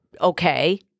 okay